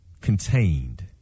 contained